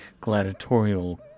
gladiatorial